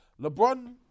LeBron